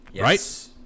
Right